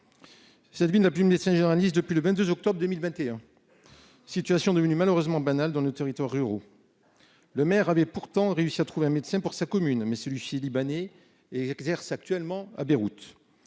Cette ville n'a plus de médecin généraliste depuis le 22 octobre 2021, situation devenue malheureusement banale dans nos territoires ruraux. Le maire a réussi à trouver un médecin pour sa commune, mais celui-ci est Libanais et exerce actuellement à Beyrouth.